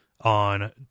on